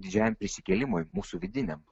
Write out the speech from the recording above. didžiajam prisikėlimui mūsų vidiniam